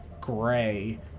gray